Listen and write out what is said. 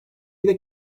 yine